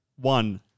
One